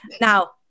Now